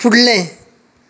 फुडलें